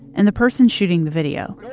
and the person shooting the video,